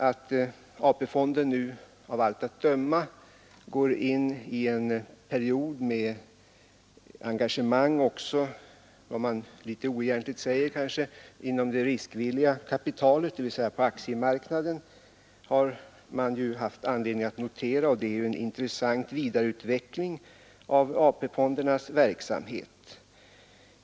Att AP-fonderna nu av allt att döma går in med vad man kanske litet oegentligt kallar riskvilligt kapital, dvs. på aktiemarknaden, är ju en intressant vidareutveckling av verksamheten.